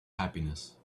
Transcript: happiness